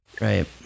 Right